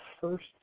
first